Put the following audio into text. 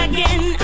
Again